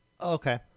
Okay